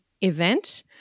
event